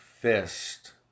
fist